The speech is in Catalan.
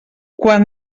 quan